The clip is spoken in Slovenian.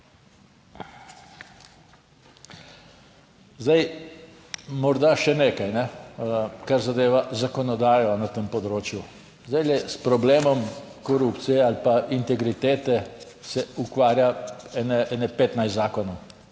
Zdaj, morda še nekaj, kar zadeva zakonodajo na tem področju. Zdaj, s problemom korupcije ali pa integritete se ukvarja ene 15 zakonov,